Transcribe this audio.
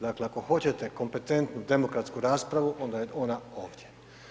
Dakle, ako hoćete kompetentnu demokratsku raspravu onda je ona ovdje.